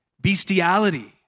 bestiality